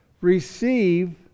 receive